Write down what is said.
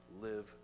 live